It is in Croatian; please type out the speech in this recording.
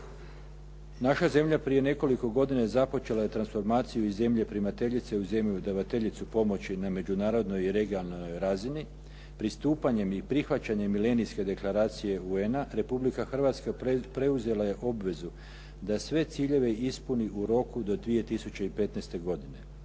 Naša zemlja prije nekoliko godina započela je transformaciju iz zemlje primateljice u zemlju davateljicu pomoći na međunarodnoj i regionalnoj razini. Pristupanjem i prihvaćanjem Milenijske deklaracije UN-a Republika Hrvatska preuzela je obvezu da sve ciljeve ispuni u roku do 2015. godine.